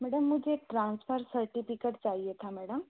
madam मुझे transfer certificate चाहिए था मैडम